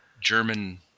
German